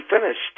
finished